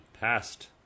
passed